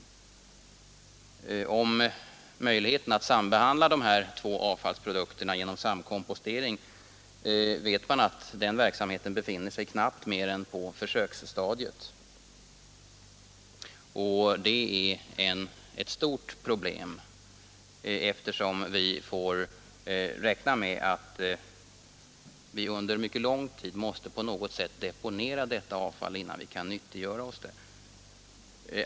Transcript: Beträffande möjligheterna att sambehandla de här två avfallsprodukterna genom samkompostering vet man att den verksamheten knappt har lämnat försöksstadiet, och det är ett stort problem eftersom vi får räkna med att vi under mycket lång tid måste på något sätt deponera detta avfall innan vi kan nyttiggöra det.